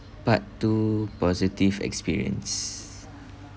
part two positive experience